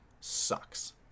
sucks